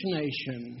nation